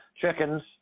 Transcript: chickens